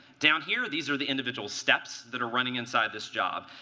down here, these are the individual steps that are running inside this job,